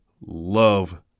love